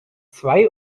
zwei